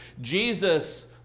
Jesus